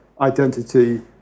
identity